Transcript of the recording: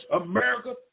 America